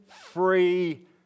free